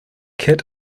kit